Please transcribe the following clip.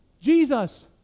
Jesus